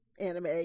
anime